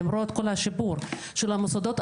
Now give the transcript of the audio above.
למרות כל השיפור של המוסדות.